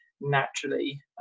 naturally